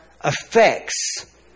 affects